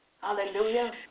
Hallelujah